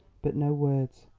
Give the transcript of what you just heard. but no words.